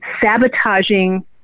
sabotaging